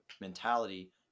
mentality